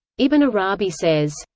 ibn arabi says,